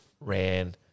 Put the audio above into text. ran